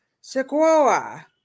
Sequoia